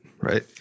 right